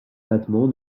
l’abattement